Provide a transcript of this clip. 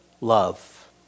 love